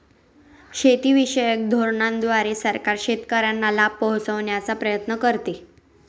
शेतीविषयक धोरणांद्वारे सरकार शेतकऱ्यांना लाभ पोहचवण्याचा प्रयत्न करते